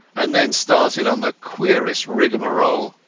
and then started on the queerest rigmarole.